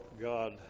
God